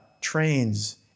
trains